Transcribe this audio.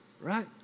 right